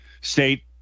state